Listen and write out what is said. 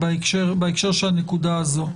בהקשר לנקודה הזו,